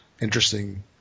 interesting